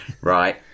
right